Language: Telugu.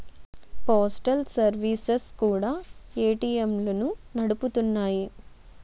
పోస్టల్ సర్వీసెస్ కూడా ఏటీఎంలను నడుపుతున్నాయి